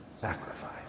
sacrifice